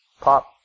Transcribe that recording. pop